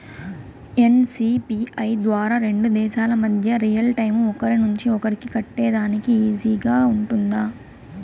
NCPI ద్వారా రెండు దేశాల మధ్య రియల్ టైము ఒకరి నుంచి ఒకరికి కట్టేదానికి ఈజీగా గా ఉంటుందా?